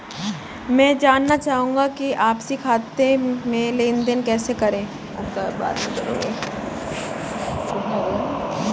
मैं जानना चाहूँगा कि आपसी खाते में लेनदेन कैसे करें?